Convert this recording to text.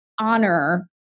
honor